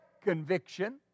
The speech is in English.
Conviction